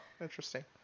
interesting